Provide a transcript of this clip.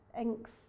inks